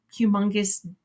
humongous